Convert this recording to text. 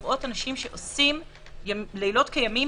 לראות אנשים שעושים לילות כימים,